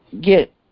get